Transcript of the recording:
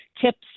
tips